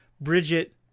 Bridget